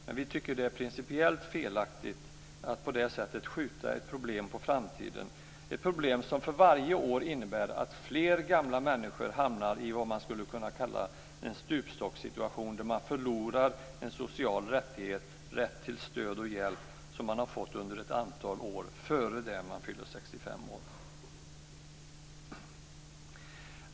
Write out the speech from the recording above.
Men vi tycker att det är principiellt felaktigt att på det sättet skjuta ett problem på framtiden - ett problem som för varje år innebär att alltfler gamla människor hamnar i vad som skulle kunna kallas för en stupstockssituation där man förlorar en social rättighet, nämligen rätten till stöd och hjälp som man fått under ett antal år innan man fyller 65 år.